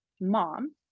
mom